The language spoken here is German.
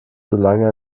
solange